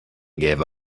gave